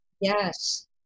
Yes